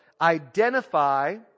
Identify